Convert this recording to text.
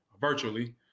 virtually